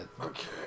okay